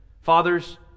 Fathers